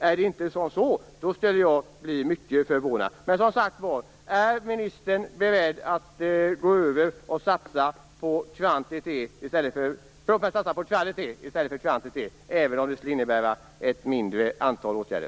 Om inte, skulle jag bli mycket förvånad. Är ministern beredd att övergå till att satsa på kvalitet i stället för kvantitet, även om det skulle innebära ett mindre antal åtgärder?